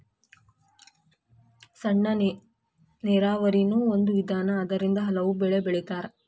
ಸಣ್ಣ ನೇರಾವರಿನು ಒಂದ ವಿಧಾನಾ ಅದರಿಂದ ಹಲವು ಬೆಳಿ ಬೆಳಿತಾರ